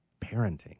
parenting